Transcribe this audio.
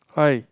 hi